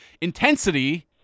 intensity